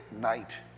night